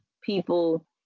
people